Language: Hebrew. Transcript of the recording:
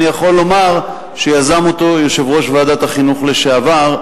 אני יכול לומר שיזם אותו יושב-ראש ועדת החינוך לשעבר,